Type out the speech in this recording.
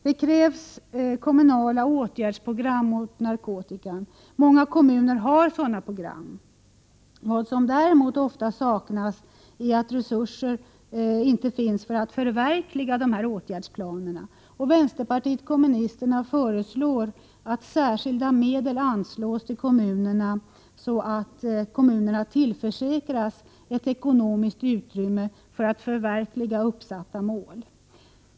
Det krävs kommunala åtgärdsprogram mot narkotikan. Många kommuner har sådana program. Vad som däremot ofta saknas här är resurser för att förverkliga dessa åtgärdsplaner. Vänsterpartiet kommunisterna föreslår att särskilda medel anslås till kommunerna så att kommunerna tillförsäkras ett ekonomiskt utrymme för att förverkliga uppsatta mål.